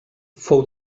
fou